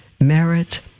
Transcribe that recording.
merit